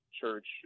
church